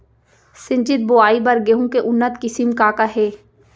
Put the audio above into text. सिंचित बोआई बर गेहूँ के उन्नत किसिम का का हे??